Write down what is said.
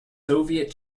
soviet